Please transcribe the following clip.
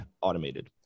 automated